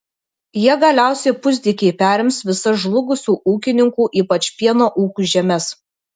jie galiausiai pusdykiai perims visas žlugusių ūkininkų ypač pieno ūkių žemes